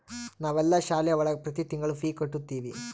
ನಾವೆಲ್ಲ ಶಾಲೆ ಒಳಗ ಪ್ರತಿ ತಿಂಗಳು ಫೀ ಕಟ್ಟುತಿವಿ